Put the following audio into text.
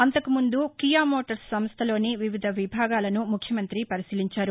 అంతకు ముందు Kia Motors సంస్లలోని వివిధ విభాగాలను ముఖ్యమంత్రి పరిశీలించారు